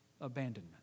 abandonment